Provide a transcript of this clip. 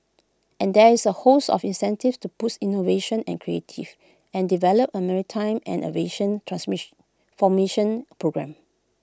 and there is A host of incentives to boost innovation and creative and develop A maritime and aviation formation programme